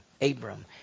Abram